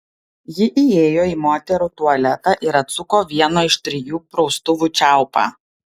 ji įėjo į moterų tualetą ir atsuko vieno iš trijų praustuvų čiaupą